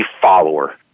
follower